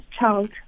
child